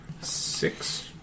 Six